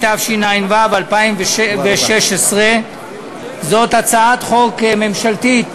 התשע"ו 2016. זאת הצעת חוק ממשלתית